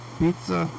pizza